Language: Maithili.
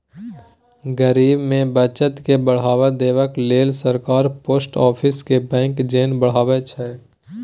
गरीब मे बचत केँ बढ़ावा देबाक लेल सरकार पोस्ट आफिस केँ बैंक जेना बढ़ाबै छै